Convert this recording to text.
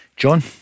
John